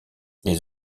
les